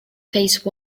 face